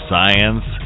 Science